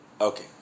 Okay